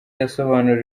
yasobanuriye